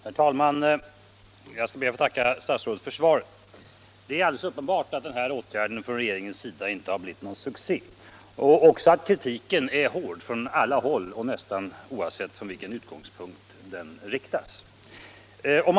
Herr talman! Jag ber att få tacka statsrådet för svaret. Det är alldeles uppenbart att den här åtgärden från regeringens sida inte har blivit någon succé. Kritiken har varit hård från alla håll och oavsett vilken utgångspunkt den haft.